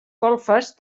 golfes